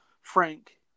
Frank